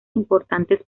importantes